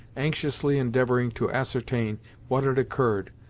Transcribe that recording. anxiously endeavoring to ascertain what had occurred,